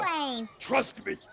um trust me,